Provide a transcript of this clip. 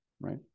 right